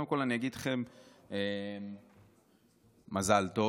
קודם כול אגיד לכם מזל טוב.